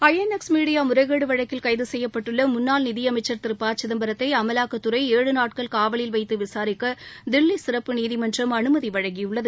ஐ N X media முறைகேடு வழக்கில் கைது செய்யப்பட்டுள்ள முன்னாள் நிதி அமைச்ச் திரு ப சிதம்பரத்தை அமலாக்கத்துறை ஏழு நாட்கள் காவலில் வைத்து விசாரிக்க தில்லி சிறப்பு நீதிமன்றம் அனுமதி வழங்கியுள்ளது